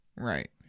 Right